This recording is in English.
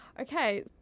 Okay